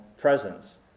presence